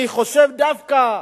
אני חושב שדווקא